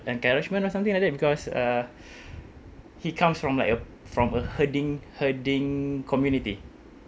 encouragement or something like that because uh he comes from like a from a herding herding community